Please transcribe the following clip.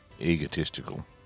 egotistical